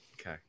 Okay